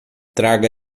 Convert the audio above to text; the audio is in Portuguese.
traga